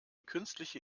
künstliche